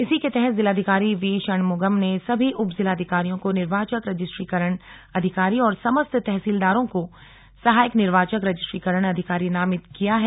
इसी के तहत जिलाधिकारी वीषणमुगम ने सभी उपजिलाधिकारयों को निर्वाचक रजिस्ट्रीकरण अधिकारी और समस्त तहसीलदारों को सहायक निर्वाचक रजिस्ट्रीकरण अधिकारी नामित किया है